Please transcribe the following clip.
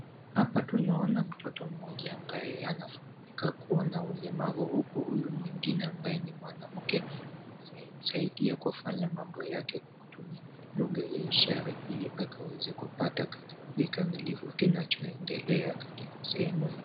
Hapa tunaona mtoto mmoja ambaye anafahamika kuwa na ulemavu huku huyu mwingine ambaye ni mwanamke anasaidia kufanya mambo yake kwa kutumia lugha ya ishara ili akaweze kupata kauli kikamilifu kinachoendelea katika sehemu hiyo.